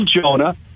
Jonah